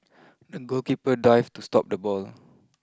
the goalkeeper dived to stop the ball